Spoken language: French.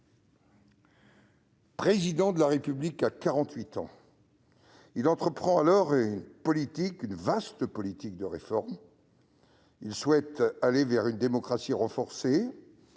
Président de la République, à 48 ans, il entreprend une vaste politique de réformes. Il souhaite aller vers une démocratie renforcée